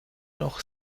noch